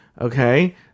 okay